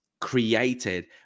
created